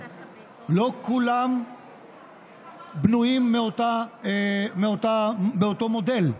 לא כולם בנויים מאותו מודל,